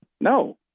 no